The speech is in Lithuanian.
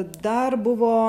dar buvo